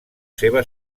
seva